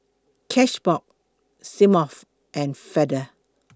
Cashbox Smirnoff and Feather